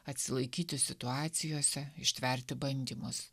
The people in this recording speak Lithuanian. atsilaikyti situacijose ištverti bandymus